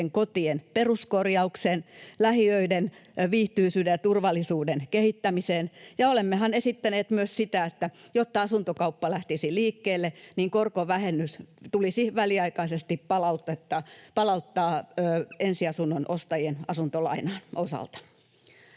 kotien peruskorjaukseen, lähiöiden viihtyisyyden ja turvallisuuden kehittämiseen, ja olemmehan esittäneet myös sitä, että jotta asuntokauppa lähtisi liikkeelle, niin korkovähennys tulisi väliaikaisesti palauttaa ensiasunnon ostajien asuntolainan osalta.